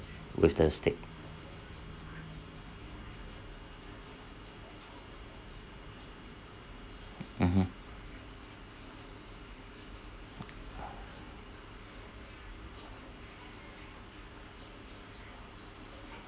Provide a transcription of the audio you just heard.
with the steak mmhmm